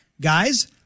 guys